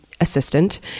assistant